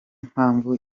mpamvu